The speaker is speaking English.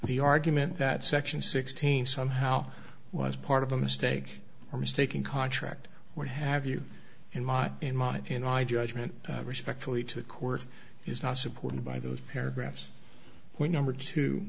the argument that section sixteen somehow was part of a mistake or mistaken contract would have you in my in my in i judgment respectfully to court is not supported by those paragraphs which number t